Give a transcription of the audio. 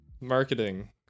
Marketing